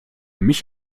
mich